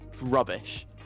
rubbish